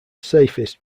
safest